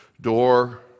door